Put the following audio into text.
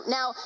Now